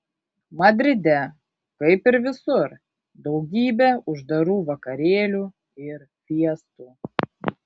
madride kaip ir visur daugybė uždarų vakarėlių ir fiestų